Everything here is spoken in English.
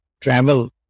travel